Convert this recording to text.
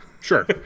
sure